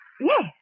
yes